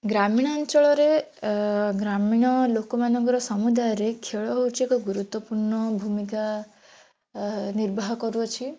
ଗ୍ରାମୀଣ ଅଞ୍ଚଳରେ ଗ୍ରାମୀଣ ଲୋକମାନଙ୍କର ସମୁଦାୟରେ ଖେଳ ହେଉଛି ଏକ ଗୁରୁତ୍ୱପୂର୍ଣ୍ଣ ଭୂମିକା ଏ ନିର୍ବାହ କରୁଅଛି